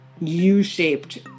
U-shaped